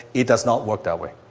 it does not work that way.